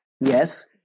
Yes